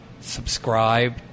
subscribe